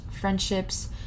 friendships